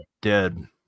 dead